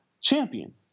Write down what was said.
champion